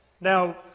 Now